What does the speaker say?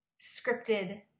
scripted